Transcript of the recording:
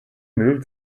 moved